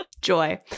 Joy